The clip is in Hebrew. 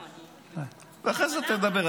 ואחרי זה תדבר.